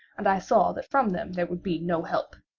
and i saw that from them there would be no help.